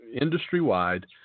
industry-wide